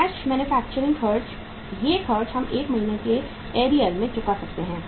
cash manufacturing खर्च ये खर्च हम 1 महीने के एरियर में चुका सकते हैं